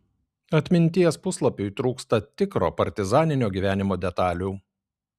atminties puslapiui trūksta tikro partizaninio gyvenimo detalių